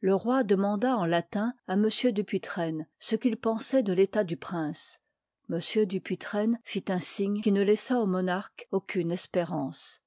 le roi demanda en latin à m dupuytren il pakt ce qu'il pensoit de l'état du prince m du iv u puytren fit un signe qui ne laissa au monarque aucune espérance